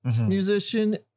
musician